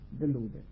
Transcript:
deluded